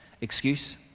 excuse